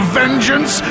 vengeance